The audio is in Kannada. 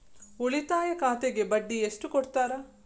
ಉಳಿತಾಯ ಖಾತೆಗೆ ಬಡ್ಡಿ ಎಷ್ಟು ಕೊಡ್ತಾರ?